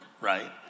right